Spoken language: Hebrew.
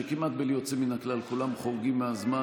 שכמעט בלי יוצא מן הכלל כולם חורגים מהזמן,